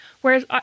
Whereas